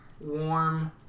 warm